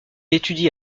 étudie